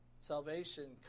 Salvation